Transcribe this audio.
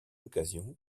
occasion